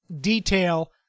detail